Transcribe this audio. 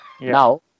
Now